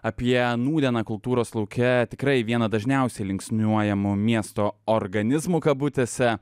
apie nūdieną kultūros lauke tikrai vieną dažniausiai linksniuojamų miesto organizmų kabutėse